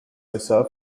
yourself